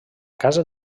casa